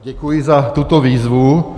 Děkuji za tuto výzvu.